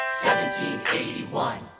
1781